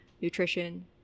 nutrition